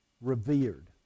revered